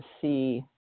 see